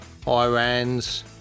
IRANs